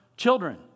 children